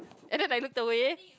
and then I looked the way